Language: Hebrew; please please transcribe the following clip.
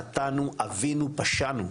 חטאנו, עווינו, פשענו,